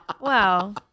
Wow